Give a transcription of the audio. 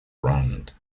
brand